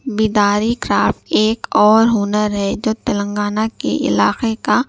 بیداری کرافٹ ایک اور ہنر ہے جو تلنگانہ کے علاقے کا